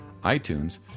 iTunes